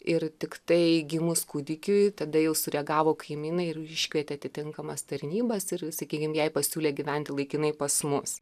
ir tiktai gimus kūdikiui tada jau sureagavo kaimynai ir iškvietė atitinkamas tarnybas ir sakykim jai pasiūlė gyventi laikinai pas mus